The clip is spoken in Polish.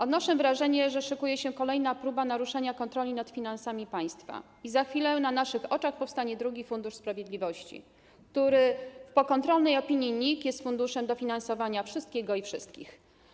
Odnoszę wrażenie, że szykuje się kolejna próba naruszenia kontroli nad finansami państwa i za chwilę na naszych oczach powstanie drugi Fundusz Sprawiedliwości, który w pokontrolnej opinii NIK jest funduszem dofinansowania wszystkiego i wszystkich.